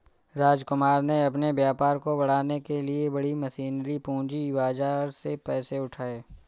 रामकुमार ने अपने व्यापार को बढ़ाने के लिए बड़ी मशीनरी पूंजी बाजार से पैसे उठाए